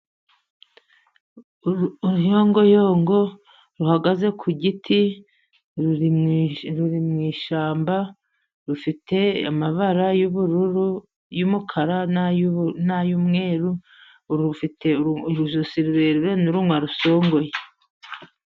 Uruyongoyongo ruhagaze ku giti ,ruri mu ishyamba. Rufite amabara y'ubururu, y'umukara n'ay'umweru. Rufite urujosi rurerure n'umunwa rusongoye.